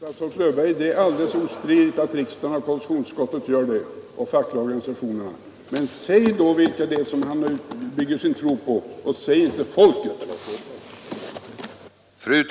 Herr talman! Det är alldeles ostridigt, statsrådet Löfberg, att riksdagen, konstitutionsutskottet och de fackliga organisationerna gör det. Men säg då vilka det är Ni bygger Er tro på och säg inte folket.